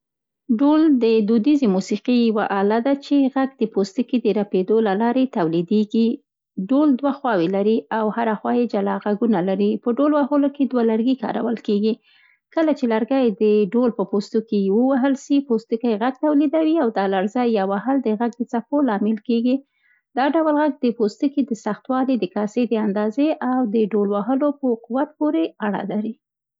ډوهل د دودیزې موسیقي یوه اله ده چي غږ د پوستکي د رپېدو له لارې تولیدیږي. ډوهل دوه خواوې لري او هره خوا یې جلا غږ لري. په ډول وهلو کې دوه لرګي کارول کېږي. کله چي لرګی د ډوهل په پوستکي ووهل سي، پوستکی غږ تولېدوي او دا لړزه یا وهل د غږ د څپو لامل کېږي. د ډول غږ د پوستکي د سختوالي، د کاسې د اندازې او د وهلو په قوت پورې اړه لري.